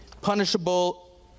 punishable